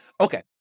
Okay